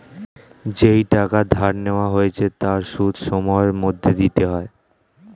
যেই টাকা ধার নেওয়া হয়েছে তার সুদ সময়ের মধ্যে দিতে হয়